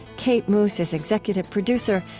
kate moos is executive producer.